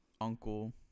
Uncle